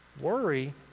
Worry